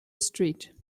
street